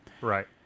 Right